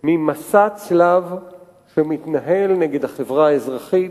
ממסע צלב שמתנהל נגד החברה האזרחית,